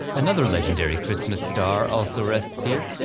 another legendary christmas star also rests here,